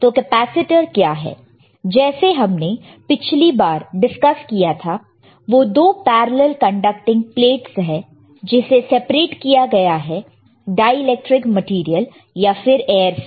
तो कैपेसिटर क्या है जैसे हमने पिछली बार डिस्कस किया था वह दो पैरेलल कंडक्टिंग प्लेटस है जिसे सेपरेट किया गया है डाईइलेक्ट्रिक मटेरियल से या फिर एर से